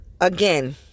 Again